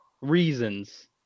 reasons